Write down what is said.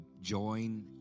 join